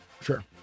Sure